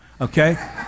okay